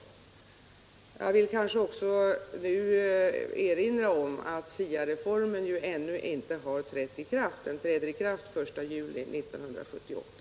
Slutligen vill jag erinra om att SIA-reformen ännu inte har trätt i kraft. Den träder i kraft först den 1 juli 1978.